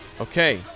okay